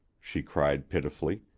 she cried pitifully,